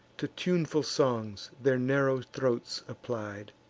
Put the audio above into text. to tuneful songs their narrow throats applied.